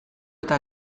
eta